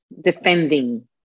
defending